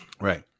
right